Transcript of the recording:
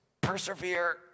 persevere